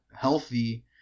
healthy